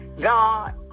God